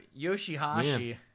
Yoshihashi